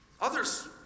Others